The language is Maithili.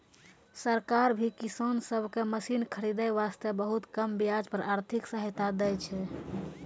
सरकार भी किसान सब कॅ मशीन खरीदै वास्तॅ बहुत कम ब्याज पर आर्थिक सहायता दै छै